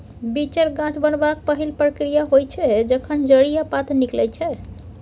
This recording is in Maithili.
बीचर गाछ बनबाक पहिल प्रक्रिया होइ छै जखन जड़ि आ पात निकलै छै